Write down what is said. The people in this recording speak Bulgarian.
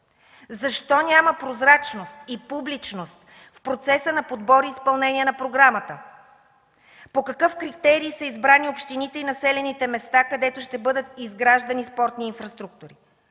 Защо няма прозрачност и публичност в процеса на подбор и изпълнение на програмата? По какъв критерий са избрани общините и населените места, където ще бъдат изграждани спортни инфраструктури?